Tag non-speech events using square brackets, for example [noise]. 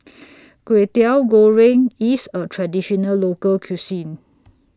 [noise] Kwetiau Goreng IS A Traditional Local Cuisine